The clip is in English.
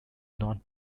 not